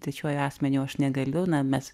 trečiuoju asmeniu aš negaliu na mes